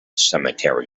cemetery